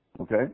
Okay